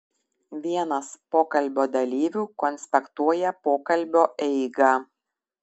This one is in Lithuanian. vienas pokalbio dalyvių konspektuoja pokalbio eigą